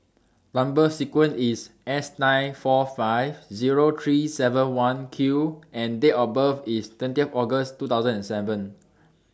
Number sequence IS S nine four five Zero three seven one Q and Date of birth IS twentieth August two thousand and seven